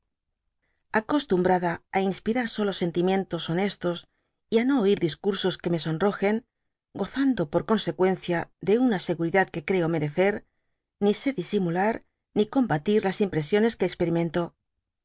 acostumbrada á inspirar solo sentimientos honestos y á no oir discursos que me sonrojen gozando por consequencia de una seguridad que creo merecer ni sé disimular ni combatir las impresiones que experimento